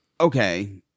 okay